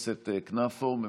(תיקון מס' 24), התשפ"א 2021, נתקבלו.